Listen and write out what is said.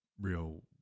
real